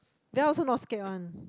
their also not scared one